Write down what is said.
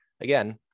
again